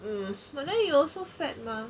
mmhmm but then you also fat mah